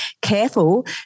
careful